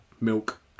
milk